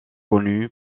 connu